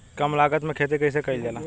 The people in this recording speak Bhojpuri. कम लागत में खेती कइसे कइल जाला?